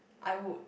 I would